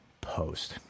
Post